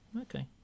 okay